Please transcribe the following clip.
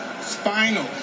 Spinal